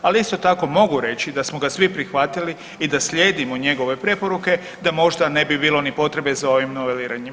Ali isto tako mogu reći da smo ga svi prihvatili i da slijedimo njegove preporuke da možda ne bi bilo ni potrebe za ovim noveliranjem.